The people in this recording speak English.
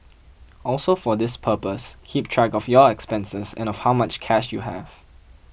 also for this purpose keep track of your expenses and of how much cash you have